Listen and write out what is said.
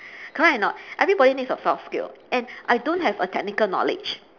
correct or not everybody needs a soft skill and I don't have a technical knowledge